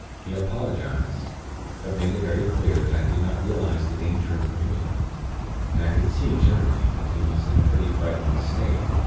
he apologized but made it very clear that i did not realize the danger of the room and i could see, generally, that he was in a pretty frightened state.